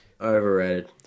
Overrated